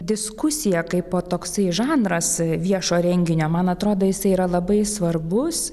diskusija kaipo toksai žanras viešo renginio man atrodo jisai yra labai svarbus